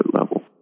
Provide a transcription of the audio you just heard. level